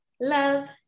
love